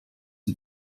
die